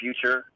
future